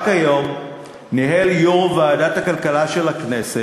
רק היום ניהל יושב-ראש ועדת הכלכלה של הכנסת,